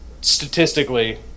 statistically